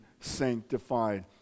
sanctified